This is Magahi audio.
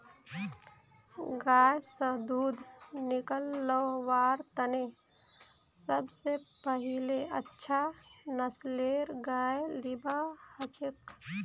गाय स दूध निकलव्वार तने सब स पहिले अच्छा नस्लेर गाय लिबा हछेक